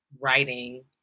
writing